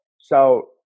So-